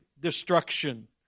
destruction